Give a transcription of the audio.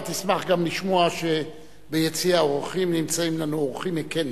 אתה תשמח לשמוע שביציע האורחים נמצאים אורחים מקניה.